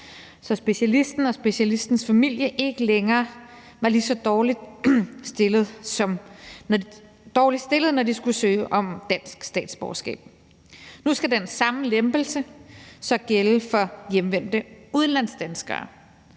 så specialisten og specialistens familie ikke længere var dårligt stillet, når de skulle søge om dansk statsborgerskab. Nu skal den samme lempelse gælde for hjemvendte udenlandsdanskere.